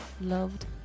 loved